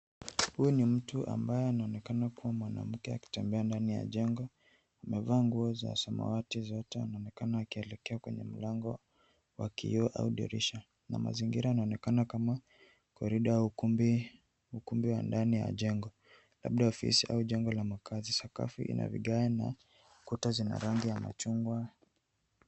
Huyu ni mtu ambaye anaonekana kuwa mwanamke akitembea ndani ya jengo. Amevaa nguo za samawati zote. Anaonekana akielekea kwenye mlango wa kioo au dirisha na mazingira yanaonekana kama corridor au ukumbi wa ndani ya jengo labda ofisi au jengo la makaazi. Sakafu ina vigae na kuta zina rangi ya machungwa.